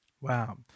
Wow